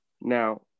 Now